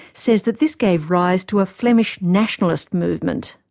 says that this gave rise to a flemish nationalist movement.